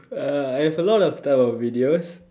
uh I have a lot of type of videos